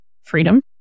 freedom